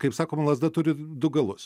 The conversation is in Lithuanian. kaip sakoma lazda turi du galus